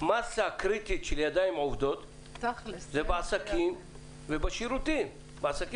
למסה הקריטית של ידיים עובדות שזה בעסקים הקטנים ובשירותים.